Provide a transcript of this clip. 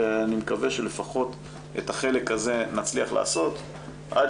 ואני מקווה שלפחות את החלק הזה נצליח לעשות עד